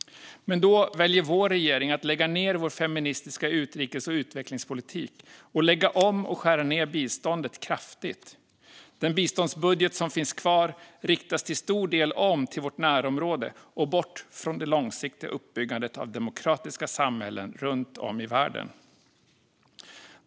Men då väljer vår regering att lägga ned vår feministiska utrikes och utvecklingspolitik och skära ned kraftigt på och lägga om biståndet. Den biståndsbudget som finns kvar riktas till stor del om till vårt närområde och bort från det långsiktiga uppbyggandet av demokratiska samhällen runt om i världen.